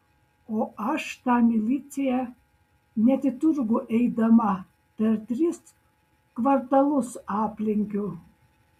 o aš tą miliciją net į turgų eidama per tris kvartalus aplenkiu